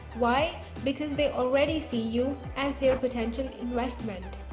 why. because they already see you as their potential investment.